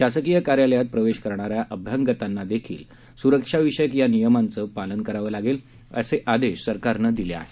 शासकीय कार्यालयात प्रवेश करणाऱ्या अभ्यागतांनीदेखील सुरक्षाविषयक वरील सुचनांचे पालन करावे असे आदेश सरकारने दिले आहेत